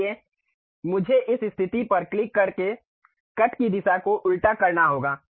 इसलिए मुझे इस स्थिति पर क्लिक करके कट की दिशा को उल्टा करना होगा